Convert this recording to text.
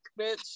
bitch